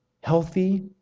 healthy